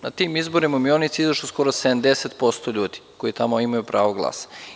Na tim izborima u Mionici izašlo je skoro 70% ljudi koji tamo imaju pravo glasa.